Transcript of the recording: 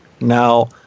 Now